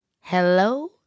hello